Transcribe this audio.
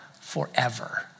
forever